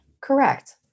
Correct